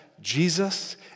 Jesus